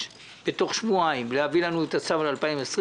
בתוך שבועיים להביא לנו את הצו ל-2020,